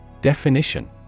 Definition